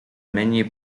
many